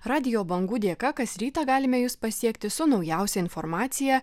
radijo bangų dėka kas rytą galime jus pasiekti su naujausia informacija